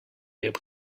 able